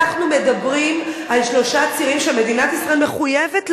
אנחנו מדברים על שלושה צירים שמדינת ישראל מחויבת להם: